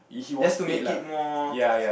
just to make it more